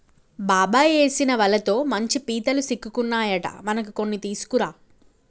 బాబాయ్ ఏసిన వలతో మంచి పీతలు సిక్కుకున్నాయట మనకి కొన్ని తీసుకురా